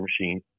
machine